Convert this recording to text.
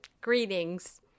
Greetings